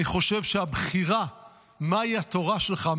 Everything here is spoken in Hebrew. אני חושב שהבחירה מהי התורה שלך,